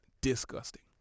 Disgusting